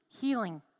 healing